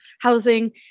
housing